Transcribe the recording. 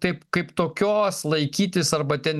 taip kaip tokios laikytis arba ten